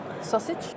Sausage